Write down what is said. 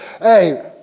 hey